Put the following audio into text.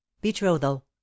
betrothal